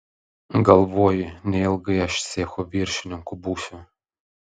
galvoji neilgai aš cecho viršininku būsiu